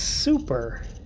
Super